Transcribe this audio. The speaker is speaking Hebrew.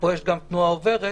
פה יש גם תנועה עוברת.